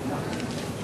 נתקבל.